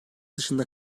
dışında